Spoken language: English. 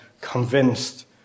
convinced